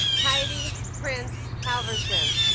heidi prince halvorsen